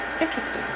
interesting